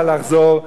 אלא לחזור,